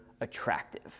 attractive